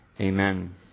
Amen